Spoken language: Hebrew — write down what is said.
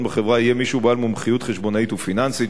בחברה יהיה מי שהוא בעל מומחיות חשבונאית ופיננסית,